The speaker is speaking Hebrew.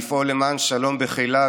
לפעול למען שלום בחילה,